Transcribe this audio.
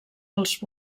als